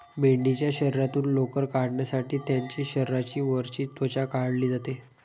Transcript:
मेंढीच्या शरीरातून लोकर काढण्यासाठी त्यांची शरीराची वरची त्वचा काढली जाते